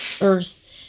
earth